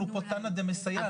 אנחנו פה תנא דמסייע,